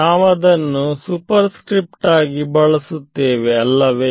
ನಾವದನ್ನು ಸುಪರ್ಸ್ಕ್ರಿಪ್ಟ್ ಆಗಿ ಬಳಸುತ್ತೇವೆ ಅಲ್ಲವೇ